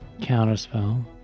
Counterspell